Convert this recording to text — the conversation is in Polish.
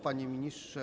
Panie Ministrze!